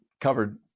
covered